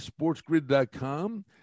sportsgrid.com